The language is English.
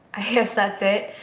i guess that's it.